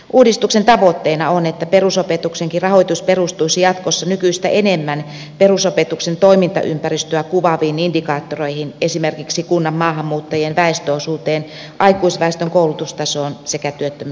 uudistuksen tavoitteena on että perusopetuksenkin rahoitus perustuisi jatkossa nykyistä enemmän perusopetuksen toimintaympäristöä kuvaaviin indikaattoreihin esimerkiksi kunnan maahanmuuttajien väestöosuuteen aikuisväestön koulutustasoon sekä työttömyysasteeseen